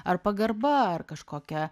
ar pagarba ar kažkokia